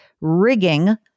rigging